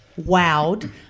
wowed